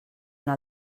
una